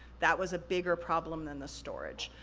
that was a bigger problem than the storage.